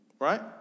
Right